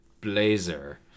Blazer